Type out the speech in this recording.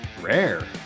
Rare